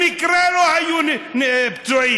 במקרה לא היו פצועים.